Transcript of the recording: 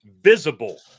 visible